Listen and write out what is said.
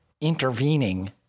intervening